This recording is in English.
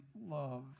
love